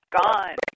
gone